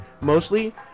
mostly